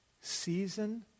season